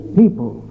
people